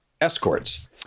escorts